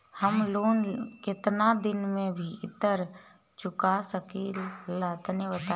हम लोन केतना दिन के भीतर चुका सकिला तनि बताईं?